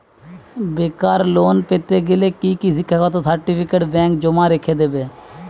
বেকার লোন পেতে গেলে কি শিক্ষাগত সার্টিফিকেট ব্যাঙ্ক জমা রেখে দেবে?